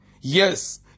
Yes